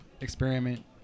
experiment